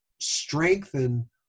strengthen